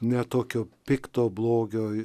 ne tokio pikto blogio